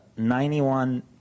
91